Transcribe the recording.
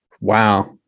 wow